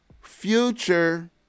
Future